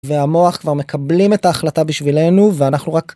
והמוח כבר מקבלים את ההחלטה בשבילנו, ואנחנו רק...